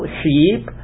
sheep